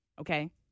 okay